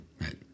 Right